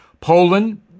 Poland